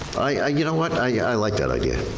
you know what, i like that idea,